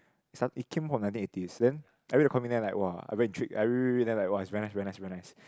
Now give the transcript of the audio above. it came from nineteen eighties then I read the comic then I like [wah] I very intrigued I read read read then like [wah] is very nice very nice very nice